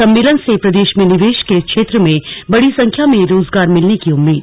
सम्मेलन से प्रदेश में निवेश के क्षेत्र में बड़ी संख्या में रोजगार मिलने की उम्मीद